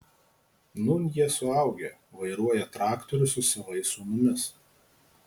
nūn jie suaugę vairuoja traktorius su savais sūnumis